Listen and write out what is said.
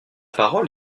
parole